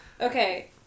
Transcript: okay